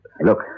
Look